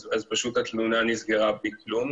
אז פשוט התלונה נסגרה בלי כלום,